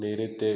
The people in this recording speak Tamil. நிறுத்து